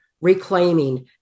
reclaiming